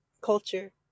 culture